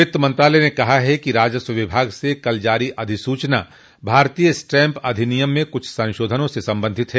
वित्त मंत्रालय ने कहा कि राजस्व विभाग से कल जारी अधिसूचना भारतीय स्टैम्प अधिनियम में कुछ संशोधनों से संबंधित है